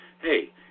hey